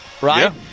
right